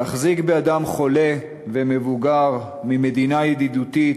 להחזיק באדם חולה ומבוגר ממדינה ידידותית